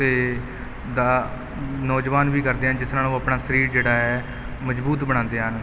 ਅਤੇ ਦਾ ਨੌਜਵਾਨ ਵੀ ਕਰਦੇ ਆ ਜਿਸ ਨਾਲ ਉਹ ਆਪਣਾ ਸਰੀਰ ਜਿਹੜਾ ਹੈ ਮਜ਼ਬੂਤ ਬਣਾਉਂਦੇ ਹਨ